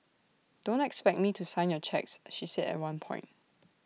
don't expect me to sign your cheques she said at one point